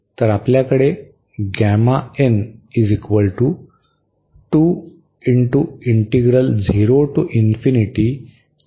तर आपल्याकडे आहे